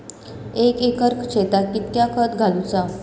एक एकर शेताक कीतक्या खत घालूचा?